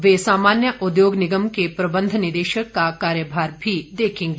वह सामान्य उद्योग निगम के प्रबंध निदेशक का कार्यभार भी देखेंगे